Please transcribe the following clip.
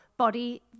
Body